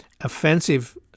offensive